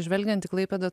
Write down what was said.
žvelgiant į klaipėdą